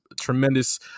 tremendous